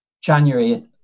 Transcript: January